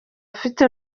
afite